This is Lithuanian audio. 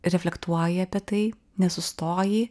reflektuoji apie tai nesustoji